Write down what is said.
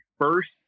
first